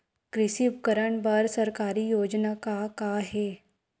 कृषि उपकरण बर सरकारी योजना का का हे?